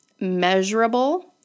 measurable